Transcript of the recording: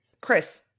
Chris